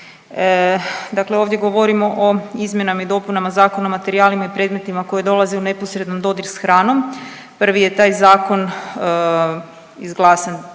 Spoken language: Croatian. dakle ovdje govorimo o izmjenama i dopunama Zakona o materijalima i predmetima koji dolaze u neposredni dodir s hranom. Prvi je taj zakon izglasan